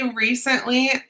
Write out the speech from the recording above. recently